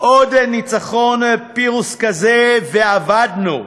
עוד ניצחון פירוס כזה ואבדנו.